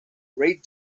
rate